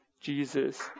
Jesus